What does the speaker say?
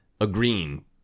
agreeing